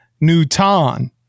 Newton